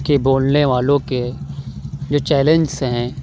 کے بولنے والوں کے جو چیلنجس ہیں